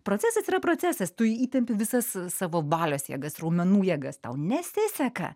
procesas yra procesas tu įtempi visas savo valios jėgas raumenų jėgas tau nesiseka